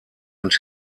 und